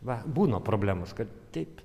va būna problemos kad taip